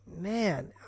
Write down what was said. man